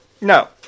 no